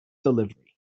delivery